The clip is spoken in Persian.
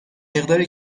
مقداری